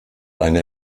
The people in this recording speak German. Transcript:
eine